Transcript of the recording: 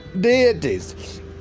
deities